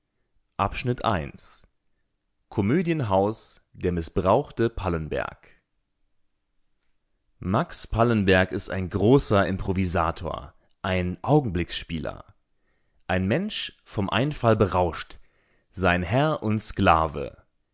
komödienhaus der mißbrauchte pallenberg max pallenberg ist ein großer improvisator ein augenblicksspieler ein mensch vom einfall berauscht sein herr und sklave